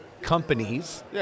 companies